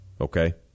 Okay